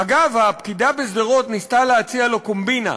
אגב, הפקידה בשדרות ניסתה להציע לו קומבינה,